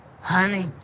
honey